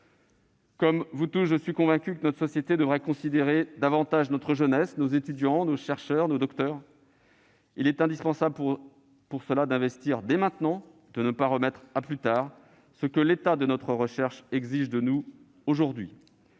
Comme vous tous, je suis convaincu que notre société devrait considérer davantage notre jeunesse, nos étudiants, nos docteurs et nos chercheurs. Il est indispensable pour cela d'investir dès maintenant, et de ne pas remettre à plus tard ce que l'état de notre recherche exige de nous aujourd'hui.